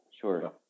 Sure